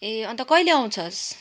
ए अन्त कहिले आउँछस्